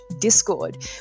discord